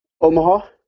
Omaha